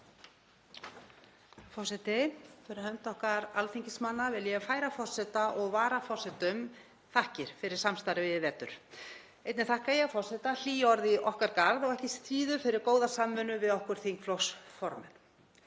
Forseti. Fyrir hönd okkar alþingismanna vil ég færa forseta og varaforsetum þakkir fyrir samstarfið í vetur. Einnig þakka ég forseta hlý orð í okkar garð og ekki síður fyrir góða samvinnu við okkur þingflokksformenn.